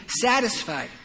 satisfied